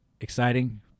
exciting